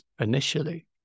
initially